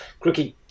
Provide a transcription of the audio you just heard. Crookie